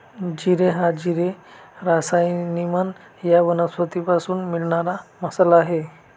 जिरे हा जिरे सायमिनम या वनस्पतीपासून मिळणारा मसाला आहे